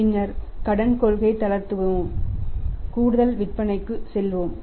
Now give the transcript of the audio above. பின்னர் கடன் கொள்கையை தளர்த்துவோம் கூடுதல் விற்பனைக்கு செல்வோம்